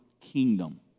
kingdom